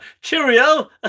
Cheerio